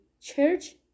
church